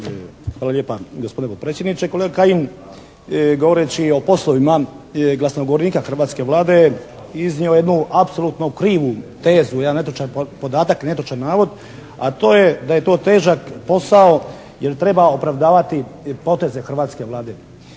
Hvala lijepa gospodine potpredsjedniče. Kolega Kajin je govoreći o poslovima glasnogovornika hrvatske Vlade iznio jednu apsolutno krivu tezu, jedan netočan podatak, netočan navod, a to je da je to težak posao jer treba opravdavati poteze hrvatske Vlade.